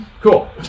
Cool